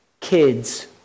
kids